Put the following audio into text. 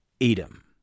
Edom